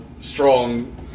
strong